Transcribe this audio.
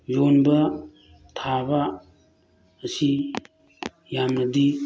ꯌꯣꯟꯕ ꯊꯥꯕ ꯑꯁꯤ ꯌꯥꯝꯅꯗꯤ